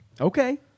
Okay